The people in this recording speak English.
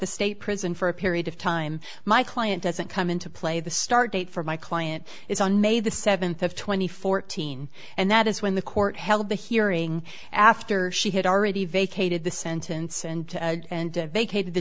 the state prison for a period of time my client doesn't come into play the start date for my client is on may the seventh of two thousand and fourteen and that is when the court held the hearing after she had already vacated the sentence and and vacated the